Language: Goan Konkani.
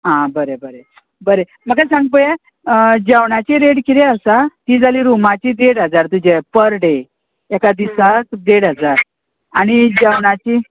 आं बरें बरें बरें म्हाका सांग पळया जेवणाची रेट किदें आसा ती जाली रुमाची देड हजार तुजे पर डे दिसा देड हजार आनी जेवणाची